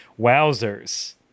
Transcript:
Wowzers